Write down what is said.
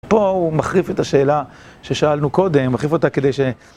פה הוא מחריף את השאלה ששאלנו קודם, מחריף אותה כדי ש...